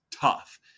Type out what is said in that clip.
tough